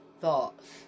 thoughts